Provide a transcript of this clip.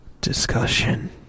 discussion